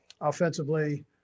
offensively